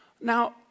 Now